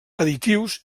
additius